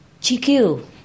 GQ